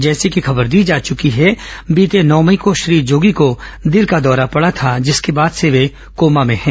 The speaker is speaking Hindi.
जैसी कि खबर दी जा चुकी है बीते नौ मई को श्री जोगी को दिल का दौरा पड़ा था जिसके बाद से वे कोमा में हैं